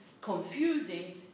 confusing